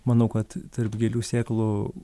manau kad tarp gėlių sėklų